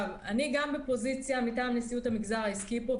אני גם בפוזיציה מטעם המגזר העסקי פה,